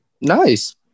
Nice